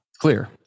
clear